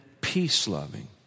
peace-loving